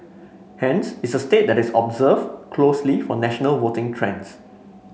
hence it's a state that is observe closely for national voting trends